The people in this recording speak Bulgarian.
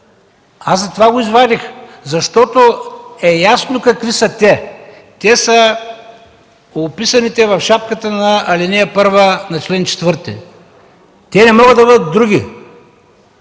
Аз затова го извадих, защото е ясно какви са те. Те са описани в шапката на ал. 1, на чл. 4, те не могат да бъдат други.